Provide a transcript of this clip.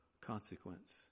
consequence